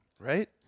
right